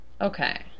Okay